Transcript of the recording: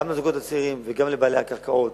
גם לזוגות הצעירים וגם לבעלי הקרקעות,